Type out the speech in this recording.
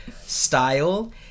style